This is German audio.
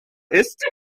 ist